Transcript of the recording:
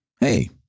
Hey